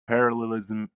parallelism